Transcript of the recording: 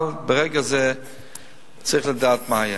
אבל ברגע זה צריך לדעת מה היה.